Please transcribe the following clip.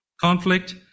conflict